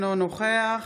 אינו נוכח